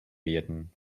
werden